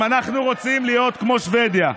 אם אנחנו רוצים להיות כמו שבדיה,